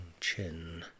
chin